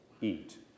eat